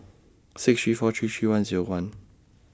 six three four three three one Zero one